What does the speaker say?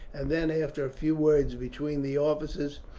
and then, after a few words between the officers,